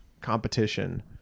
competition